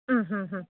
ಹ್ಞೂ ಹ್ಞೂ ಹ್ಞೂ